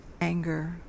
anger